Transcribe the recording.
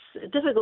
difficult